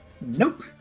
Nope